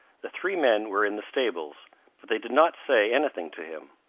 the three men were in the stables, but they did not say any thing to him.